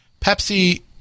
Pepsi